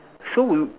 so we'll